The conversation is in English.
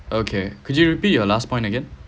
okay could you repeat your last point again